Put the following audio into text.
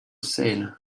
sale